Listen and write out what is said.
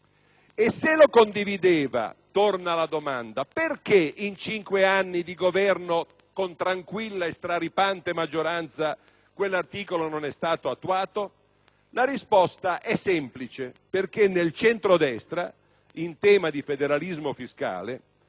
Se lo condivideva - torna la domanda - perché in cinque anni di Governo, con tranquilla e straripante maggioranza, quell'articolo non è stato attuato? La risposta è semplice: perché nel centrodestra, in tema di federalismo fiscale,